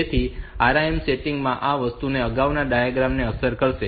તેથી આ RIM setting આ વસ્તુ અગાઉના ડાયાગ્રામ ને અસર કરશે